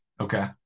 Okay